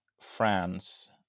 France